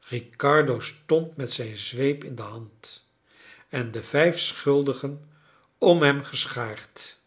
riccardo stond met zijn zweep in de hand en de vijf schuldigen om hem geschaard